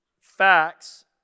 Facts